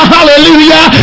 Hallelujah